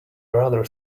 rather